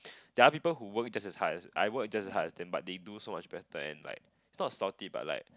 they're people who work just as hard as I work just as hard as them but they do so much better and like it's not salty but like